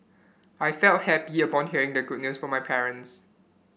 I felt happy upon hearing the good news from my parents